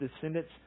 descendants